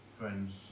friends